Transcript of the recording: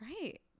right